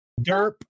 Derp